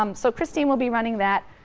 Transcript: um so kristine will be running that.